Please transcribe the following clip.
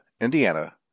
Indiana